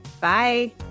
Bye